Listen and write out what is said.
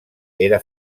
era